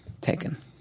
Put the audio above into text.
taken